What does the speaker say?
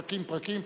פרקים-פרקים,